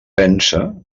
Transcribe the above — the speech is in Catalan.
pensa